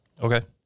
Okay